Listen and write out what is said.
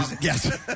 Yes